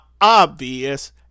obvious